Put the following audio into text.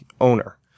owner